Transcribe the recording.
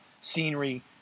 scenery